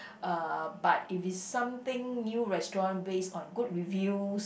uh but if it's something new restaurants based on good reviews